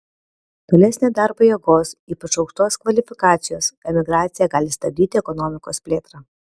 tolesnė darbo jėgos ypač aukštos kvalifikacijos emigracija gali stabdyti ekonomikos plėtrą